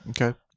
Okay